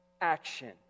action